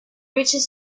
reached